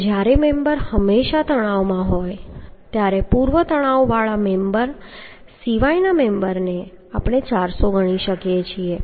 અને જ્યારે મેમ્બર હંમેશા તણાવમાં હોય ત્યારે પૂર્વ તણાવવાળા મેમ્બર સિવાયના મેમ્બરને આપણે 400 ગણી શકીએ છીએ